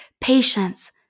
patience